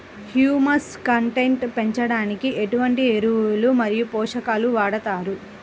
Humus content పెంచడానికి ఎటువంటి ఎరువులు మరియు పోషకాలను వాడతారు?